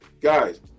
Guys